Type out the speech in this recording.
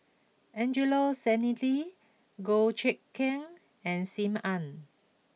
Angelo Sanelli Goh Eck Kheng and Sim Ann